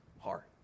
heart